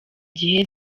gihe